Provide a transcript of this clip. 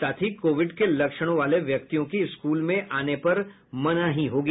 साथ ही कोविड के लक्षणों वाले व्यक्तियों की स्कूल में आने पर मनाही होगी